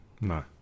No